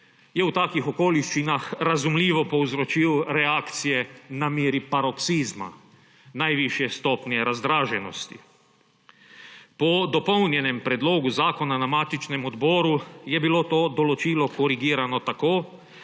je v takih okoliščinah razumljivo povzročil reakcije na meji paroksizma, najvišje stopnje razdraženosti. Po dopolnjenem predlogu zakona na matičnem odboru je bilo to določilo korigirano tako,